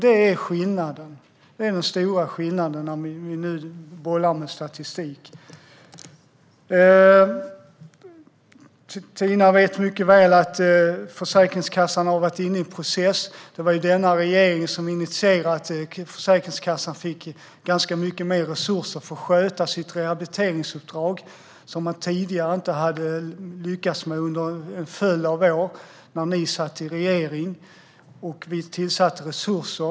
Detta är den stora skillnaden, när vi nu bollar med statistik. Tina vet mycket väl att Försäkringskassan har varit inne i en process. Det var den här regeringen som såg till att Försäkringskassan fick mycket mer resurser för att sköta sitt rehabiliteringsuppdrag, som man tidigare inte hade lyckats med under en följd av år då ni satt i regeringsställning. Vi tillförde resurser.